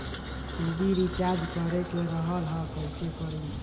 TV recharge करे के रहल ह कइसे करी?